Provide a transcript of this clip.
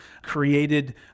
created